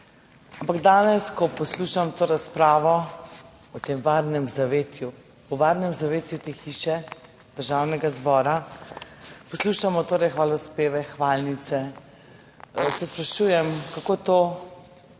Ampak danes, ko poslušam to razpravo o tem varnem zavetju, v varnem zavetju te hiše Državnega zbora, poslušamo torej hvalospeve, hvalnice, se sprašujem kako to,